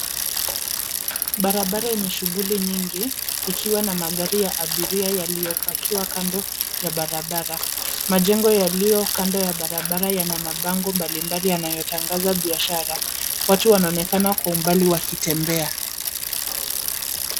Barabara yenye shughuli nyingi, likiwa na magari ya abiria yaliyopakiwa kando ya barabara. Majengo yalio kando ya barabara yana mabango mbalimbali yanayotangaza biashara. Watu wanaonekana kwa umbali wakitembea.